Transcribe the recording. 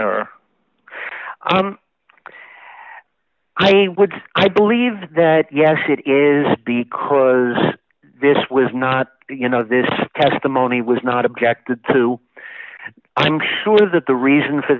or would i believe that yes it is the cause this was not you know this testimony was not objected to i'm sure that the reason for